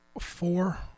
Four